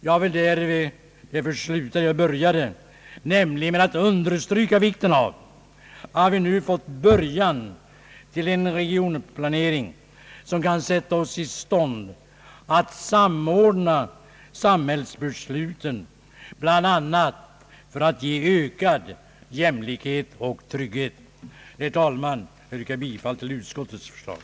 Jag vill sluta där jag började, nämligen med att understryka vikten av att vi nu har fått början till en regionplanering som kan sätta oss i stånd att samordna samhällsbesluten, bland annat för att ge ökad jämlikhet och trygghet. Herr talman! Jag yrkar bifall till utskottets förslag.